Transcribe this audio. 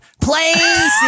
place